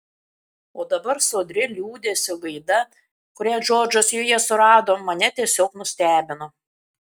o dabar sodri liūdesio gaida kurią džordžas joje surado mane tiesiog nustebino